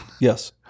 Yes